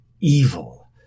Evil